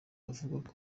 avuga